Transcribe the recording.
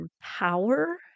power